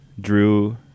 drew